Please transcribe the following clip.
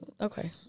Okay